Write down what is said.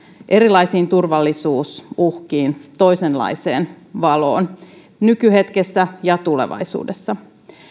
erilaisiin turvallisuusuhkiin toisenlaiseen valoon nykyhetkessä ja tulevaisuudessa